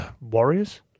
Warriors